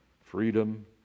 freedom